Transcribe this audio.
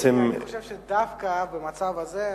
חבר הכנסת נסים זאב, אני חושב שדווקא במצב הזה,